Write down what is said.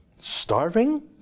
starving